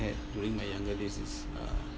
had during my younger days is uh